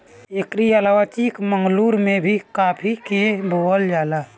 एकरी अलावा चिकमंगलूर में भी काफी के बोअल जाला